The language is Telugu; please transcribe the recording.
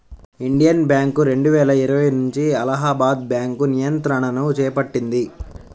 ఇండియన్ బ్యాంక్ రెండువేల ఇరవై నుంచి అలహాబాద్ బ్యాంకు నియంత్రణను చేపట్టింది